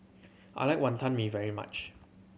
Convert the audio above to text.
I like Wantan Mee very much